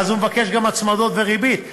ואז הוא מבקש גם הצמדות וריבית.